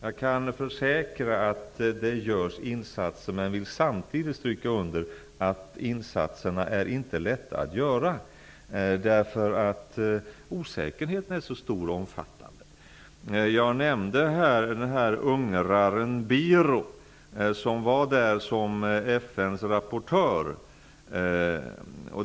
Jag kan försäkra att det görs insatser, men jag vill samtidigt stryka under att insatserna inte är lätta att göra, därför att osäkerheten är så stor och omfattande. Jag nämnde ungraren Biro, som var där som FN:s rapportör.